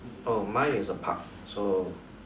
oh mine is a park so